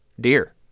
deer